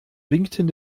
winkten